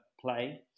play